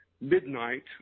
midnight